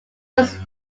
was